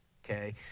Okay